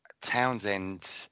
townsend